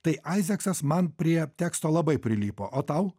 tai aizeksas man prie teksto labai prilipo o tau